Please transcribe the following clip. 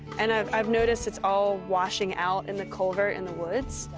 and i've i've noticed it's all washing out in the culvert and the woods,